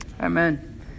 Amen